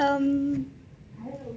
um